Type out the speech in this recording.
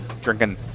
drinking